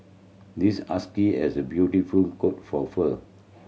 this husky has a beautiful coat for fur